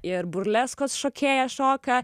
ir burleskos šokėja šoka